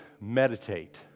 meditate